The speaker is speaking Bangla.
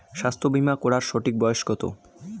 স্বাস্থ্য বীমা করার সঠিক বয়স কত?